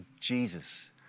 Jesus